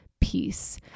peace